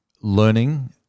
learning